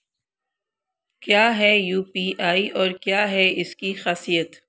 क्या है यू.पी.आई और क्या है इसकी खासियत?